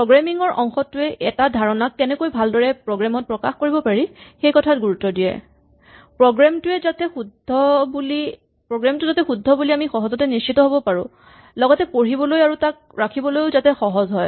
programming ৰ অংশটোৱে এটা ধাৰণাক কেনেকৈ ভালদৰে প্ৰগ্ৰেম ত প্ৰকাশ কৰিব পাৰি সেইকথাত গুৰুত্ব দিয়ে প্ৰগ্ৰেম টো যাতে শুদ্ধ বুলি আমি সহজতে নিশ্চিত হ'ব পাৰো লগতে পঢ়িবলৈ আৰু তাক ৰাখিবলৈও যাতে সহজ হয়